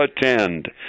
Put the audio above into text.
attend